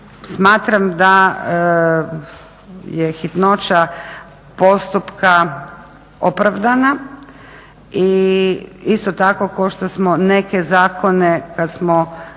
smatram da je hitnoća postupka opravdana i isto tako kao što smo neke zakone, kad smo